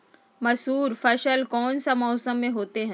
मसूर फसल कौन सा मौसम में होते हैं?